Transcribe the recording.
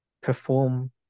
perform